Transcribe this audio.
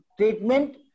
treatment